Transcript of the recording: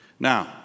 Now